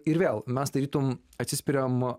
ir vėl mes tarytum atsispiriama